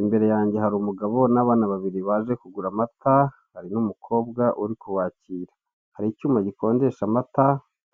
Imbere yanjye hari umugabo n'abana babiri baje kugura amata hari n'umukobwa uri kubakira, hari icyuma gikonjesha amata,